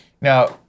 Now